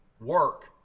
work